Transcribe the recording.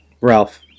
Ralph